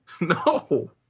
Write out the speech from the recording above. No